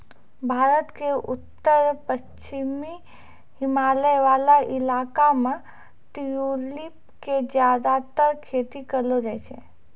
भारत के उत्तर पश्चिमी हिमालय वाला इलाका मॅ ट्यूलिप के ज्यादातर खेती करलो जाय छै